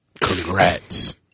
Congrats